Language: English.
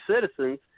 citizens